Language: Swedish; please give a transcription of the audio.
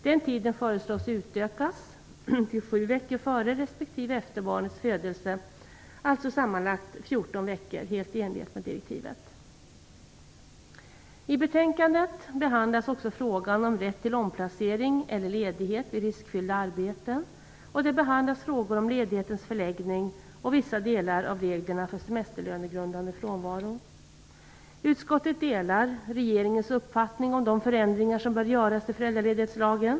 Den tiden föreslås utökas till sju veckor före resp. efter barnets födelse, alltså sammanlagt 14 veckor, helt i enlighet med direktivet. I betänkandet behandlas också frågan om rätt till omplacering eller ledighet vid riskfyllda arbeten och där behandlas frågor om ledighetens förläggning och vissa delar av reglerna för semesterlönegrundande frånvaro. Utskottet delar regeringens uppfattning om de förändringar som bör göras i föräldraledighetslagen.